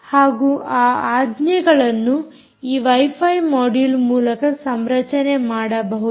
ಹಾಗೂ ಆ ಆಜ್ಞೆಗಳನ್ನು ಈ ವೈಫೈ ಮೊಡ್ಯುಲ್ ಮೂಲಕ ಸಂರಚನೆ ಮಾಡಬಹುದು